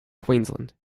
queensland